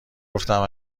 گفتم